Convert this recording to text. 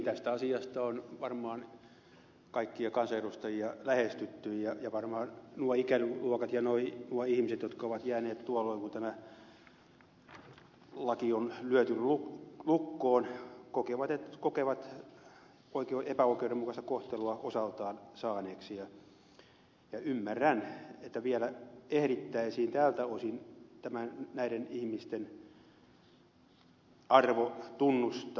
tästä asiasta on varmaan kaikkia kansanedustajia lähestytty ja varmaan nuo ikäluokat ja nuo ihmiset jotka ovat jääneet ulkopuolelle tuolloin kun tämä laki on lyöty lukkoon kokevat epäoikeudenmukaista kohtelua osaltaan saaneeksi ja ymmärrän että vielä ehdittäisiin tältä osin näiden ihmisten arvo tunnustaa